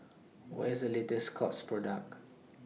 What IS The latest Scott's Product